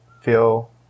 feel